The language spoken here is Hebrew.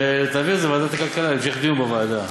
ותעביר את זה לוועדת הכלכלה להמשך דיון בוועדה.